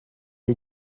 est